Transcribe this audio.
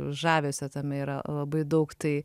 žavesio tame yra labai daug tai